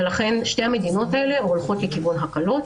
לכן, שתי המדינות האלה הולכות לכיוון הקלות.